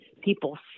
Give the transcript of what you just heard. people